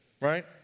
right